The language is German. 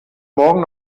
morgen